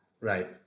Right